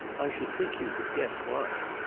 i should think you could guess why.